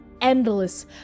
endless